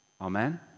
Amen